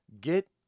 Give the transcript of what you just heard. get